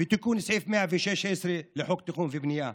ותיקון סעיף 116 לחוק התכנון והבנייה.